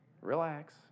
Relax